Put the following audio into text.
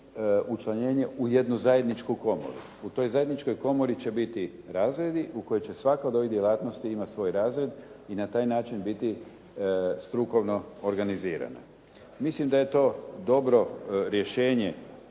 učlanjenje u jednu zajedničku komoru. U toj zajedničkoj komori će biti razredi u kojoj će svaka od ovih djelatnosti imati svoj razred i na taj način biti strukovno organizirana. Mislim da je to dobro rješenje